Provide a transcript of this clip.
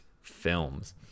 films